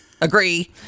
Agree